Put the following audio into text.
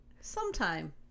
Sometime